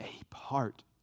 apart